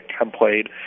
template